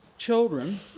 children